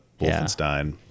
Wolfenstein